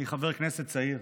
אני חבר כנסת צעיר,